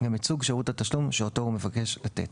גם את סוג שירות התשלום שהוא מבקש לתת.